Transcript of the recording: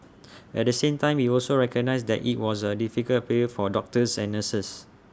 at the same time he also recognised that IT was A difficult period for doctors and nurses